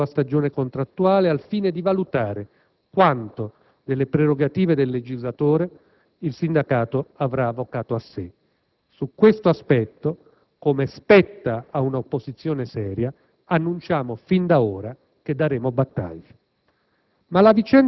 per avviare la nuova stagione contrattuale al fine di valutare quanto delle prerogative del legislatore il sindacato avrà avocato a sé. Su questo aspetto, come spetta a una opposizione seria, annunciamo fin d'ora che daremo battaglia.